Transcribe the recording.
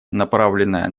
направленная